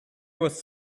was